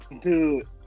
Dude